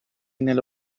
nella